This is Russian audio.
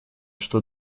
что